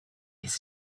his